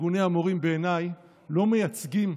ארגוני המורים לא מייצגים,